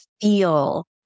feel